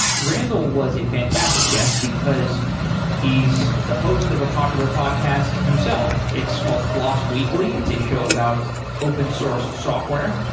randall was a fantastic guest because he's the host of a popular podcast himself. it's called floss weekly. it's a show about open source software,